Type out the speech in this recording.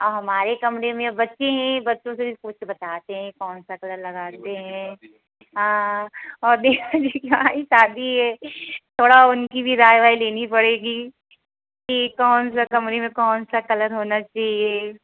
औ हमारे कमरे में बच्चे हैं बच्चों से भी पूछकर बताते हैं कि कौन कौन सा कलर लगाते हैं हाँ और अभी जैसे कि जिनकी शादी है थोड़ा उनकी भी राय वाय लेनी पड़ेगी कि कौन सा कमरे में कौन सा कलर होना चाहिए